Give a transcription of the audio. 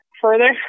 Further